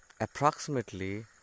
Approximately